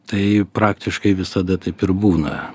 tai praktiškai visada taip ir būna